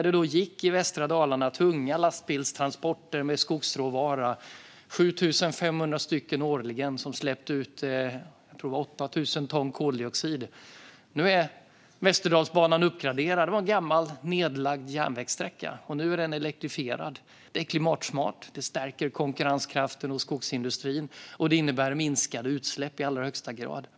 Det gick i västra Dalarna tunga lastbilstransporter med skogsråvara. Det var 7 500 årligen som släppte ut 8 000 ton koldioxid. Nu är Västerdalsbanan uppgraderad. Det var en gammal nedlagd järnvägssträcka, och nu är den elektrifierad. Det är klimatsmart, det stärker konkurrenskraften hos skogsindustrin och det innebär i allra högsta grad minskade utsläpp.